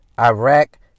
Iraq